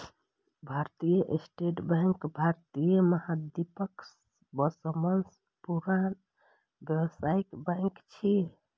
भारतीय state bank भारतीय महाद्वीपक सबसं पुरान व्यावसायिक बैंक छियै